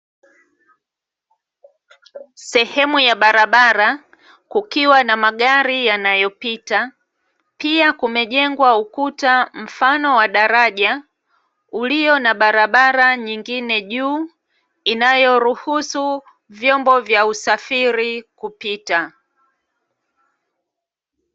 Sehemu ya barabara kukiwa na magari yanayopita, pia kumejengwa ukuta mfano wa daraja ulio na barabara nyingine juu, inayoruhusu vyombo vya usafiri kupita.